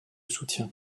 soutien